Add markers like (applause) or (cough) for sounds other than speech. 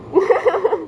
(laughs)